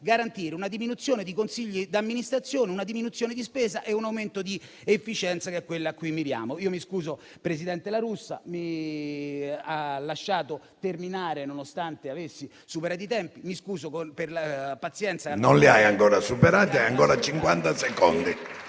garantire una diminuzione dei consigli di amministrazione, una diminuzione di spesa e un aumento di efficienza, che è ciò a cui miriamo. Mi scuso, presidente La Russa. Mi ha lasciato terminare, nonostante avessi superato i tempi. Ringrazio per la pazienza. PRESIDENTE. Non li ha ancora superati. Ha ancora cinquanta secondi.